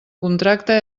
contracte